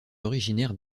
originaires